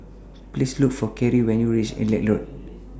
Please Look For Keri when YOU REACH Lilac Road